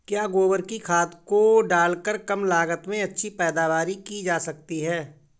क्या गोबर की खाद को डालकर कम लागत में अच्छी पैदावारी की जा सकती है?